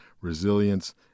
resilience